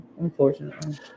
unfortunately